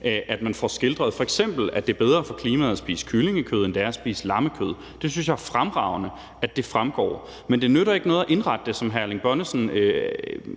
at man f.eks. får skildret, at det er bedre for klimaet at spise kyllingekød, end det er at spise lammekød. Det synes jeg er fremragende fremgår, men det nytter ikke noget at indrette det på den